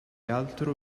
altro